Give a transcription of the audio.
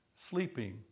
sleeping